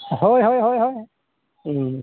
ᱦᱳᱭ ᱦᱳᱭ ᱦᱳᱭ ᱦᱮᱸ